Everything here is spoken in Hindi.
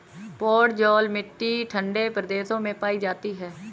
पोडजोल मिट्टी ठंडे प्रदेशों में पाई जाती है